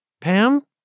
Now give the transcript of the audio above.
Pam